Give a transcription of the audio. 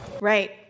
right